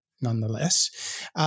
nonetheless